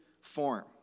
form